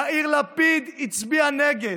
יאיר לפיד הצביע נגד,